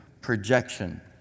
projection